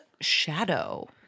Shadow